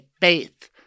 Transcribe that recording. faith